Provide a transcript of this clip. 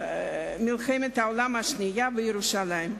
העולם השנייה בירושלים.